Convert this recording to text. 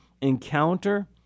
encounter